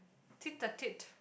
tweet the tip